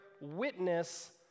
witness